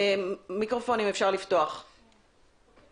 בוקר